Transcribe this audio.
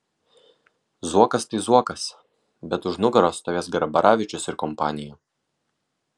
zuokas tai zuokas bet už nugaros stovės garbaravičius ir kompanija